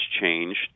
changed